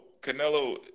Canelo